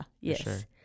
yes